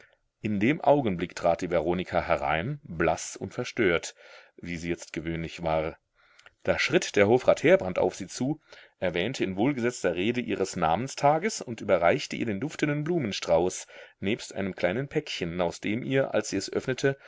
in dem augenblick trat die veronika herein blaß und verstört wie sie jetzt gewöhnlich war da schritt der hofrat heerbrand auf sie zu erwähnte in wohlgesetzter rede ihres namenstages und überreichte ihr den duftenden blumenstrauß nebst einem kleinen päckchen aus dem ihr als sie es öffnete